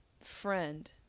friend